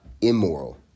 immoral